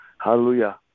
Hallelujah